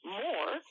more